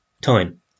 time